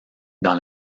dans